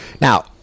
Now